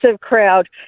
crowd